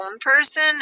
person